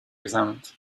examined